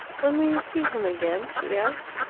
when will you see him again? she asked.